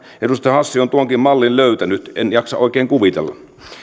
edustaja hassi on tuonkin mallin löytänyt en jaksa oikein kuvitella